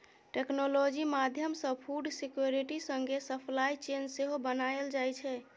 technology माध्यमसँ food security संगे supply chain सेहो बनाएल जाइ छै